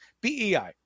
BEI